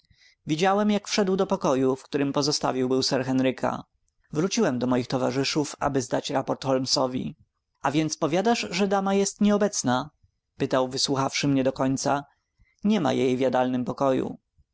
widziałem jak wszedł do pokoju w którym pozostawił był sir henryka wróciłem do moich towarzyszów aby zdać raport holmesowi a więc powiadasz że dama jest nieobecna pytał wysłuchawszy mnie do końca niema jej w jadalnym pokoju